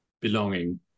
belonging